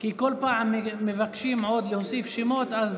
הרשימה, כי כל פעם מבקשים עוד להוסיף שמות.